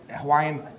Hawaiian